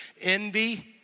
envy